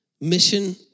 mission